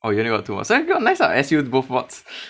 oh you only got two mods then good nice [what] S_U both mods